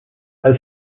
his